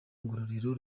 ngororero